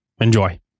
enjoy